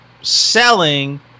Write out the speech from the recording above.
selling